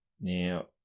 Now